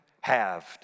halved